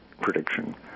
prediction